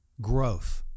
growth